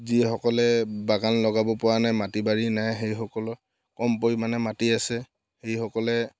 যিসকলে বাগান লগাব পাৰা নাই মাটি বাৰী নাই সেইসকলৰ কম পৰিমাণে মাটি আছে সেইসকলে